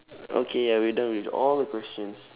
okay ya we're done with the all questions